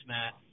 Matt